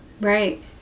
Right